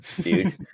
dude